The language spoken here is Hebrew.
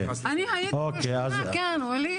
שיקלי נדבר --- (ח"כ עמיחי שיקלי יוצא מחדר הוועדה)